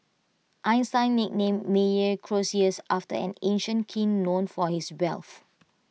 Einstein nicknamed Meyer Croesus after an ancient king known for his wealth